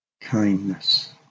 kindness